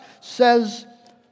says